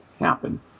happen